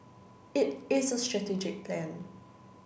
it is a strategic plan